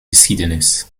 geschiedenis